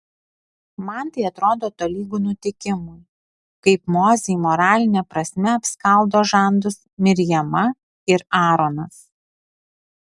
man tai atrodo tolygu nutikimui kaip mozei moraline prasme apskaldo žandus mirjama ir aaronas